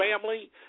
family